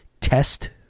test